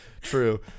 True